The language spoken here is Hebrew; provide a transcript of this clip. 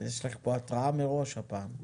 יש לך התראה מראש הפעם.